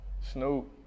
Snoop